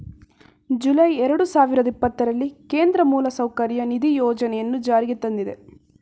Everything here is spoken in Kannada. ಜುಲೈ ಎರಡು ಸಾವಿರದ ಇಪ್ಪತ್ತರಲ್ಲಿ ಕೇಂದ್ರ ಮೂಲಸೌಕರ್ಯ ನಿಧಿ ಯೋಜನೆಯನ್ನು ಜಾರಿಗೆ ತಂದಿದೆ